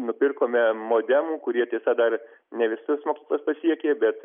nupirkome modemų kurie tiesa dar ne visas mokyklas pasiekė bet